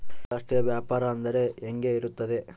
ಅಂತರಾಷ್ಟ್ರೇಯ ವ್ಯಾಪಾರ ಅಂದರೆ ಹೆಂಗೆ ಇರುತ್ತದೆ?